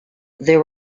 there